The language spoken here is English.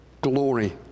glory